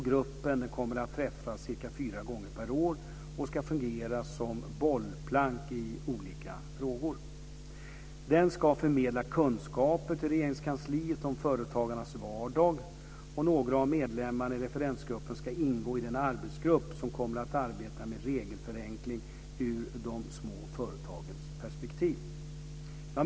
Gruppen kommer att träffas cirka fyra gånger per år och ska fungera som bollplank i olika frågor. Den ska förmedla kunskaper till Regeringskansliet om företagarnas vardag. Några av medlemmarna i referensgruppen ska ingå i den arbetsgrupp som kommer att arbeta med regelförenkling ur de små företagens perspektiv.